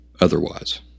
otherwise